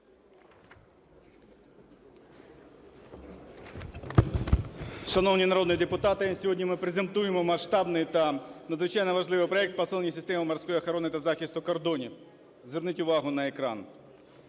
Шановні народні депутати! Сьогодні ми презентуємо масштабний та надзвичайно важливий проект посилення системи морської охорони та захисту кордонів. Зверніть увагу на екран.